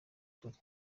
turi